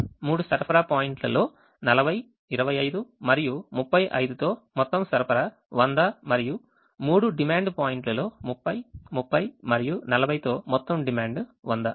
3 సరఫరా పాయింట్లు లో 40 25 మరియు 35 తో మొత్తం సరఫరా 100 మరియు 3 డిమాండ్ పాయింట్లు లో 30 30 మరియు 40 తో మొత్తం డిమాండ్ 100